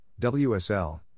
WSL